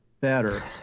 better